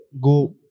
Go